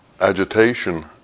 agitation